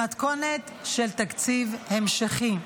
במתכונת של תקציב המשכי.